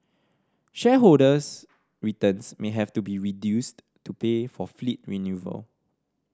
shareholders returns may have to be reduced to pay for fleet renewal